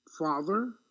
Father